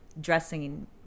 dressing